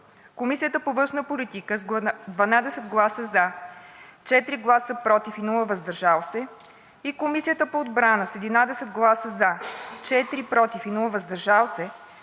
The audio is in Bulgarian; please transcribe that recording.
Комисията по външна политика с 12 гласа „за“, 4 гласа „против“ и без „въздържал се“ и Комисията по отбрана с 11 гласа „за“, 4 гласа „против“ и без „въздържал се“